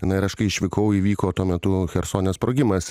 na ir aš kai išvykau įvyko tuo metu chersone sprogimas